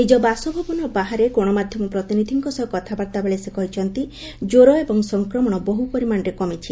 ନିଜ ବାସଭବନ ବାହାରେ ଗଣମାଧ୍ୟମ ପ୍ରତିନିଧିଙ୍କ ସହ କଥାବାର୍ତ୍ତାବେଳେ ସେ କହିଛନ୍ତି ଜ୍ୱର ଏବଂ ସଂକ୍ରମଣ ବହୁ ପରିମାଣରେ କମିଛି